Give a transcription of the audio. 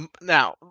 now